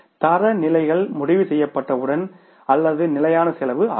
தரநிலைகள் முடிவு செய்யப்பட்டவுடன் அல்லது நிலையான செலவு ஆகும்